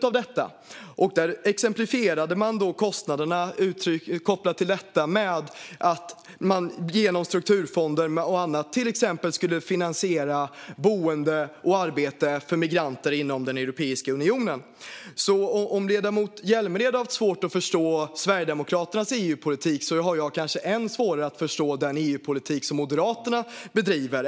I förslaget exemplifierades kostnaderna kopplade till detta med att man genom strukturfonder och annat skulle finansiera till exempel boende och arbete för migranter inom Europeiska unionen. Om ledamoten Hjälmered har haft svårt att förstå Sverigedemokraternas EU-politik har jag kanske än svårare att förstå den EU-politik som Moderaterna bedriver.